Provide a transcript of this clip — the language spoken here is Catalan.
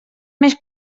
més